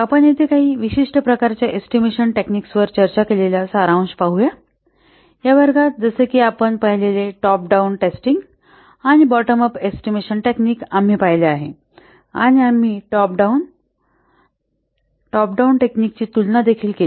आपण येथे काही विशिष्ट प्रकारच्या एस्टिमेशनाच्या टेक्निक वर चर्चा केलेला सारांश पाहू या या वर्गात जसे की आपण पाहिलेले टॉप डाऊन टेस्टिंग आणि बॉटम अप एस्टिमेशन टेक्निक आम्ही पाहिले आहे आणि आम्ही top down top down technique ची तुलना देखील केली